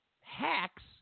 hacks